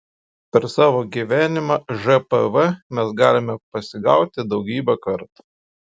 per savo gyvenimą žpv mes galime pasigauti daugybę kartų